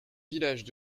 villages